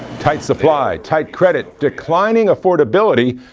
tight supply, tight credit, declining affordability,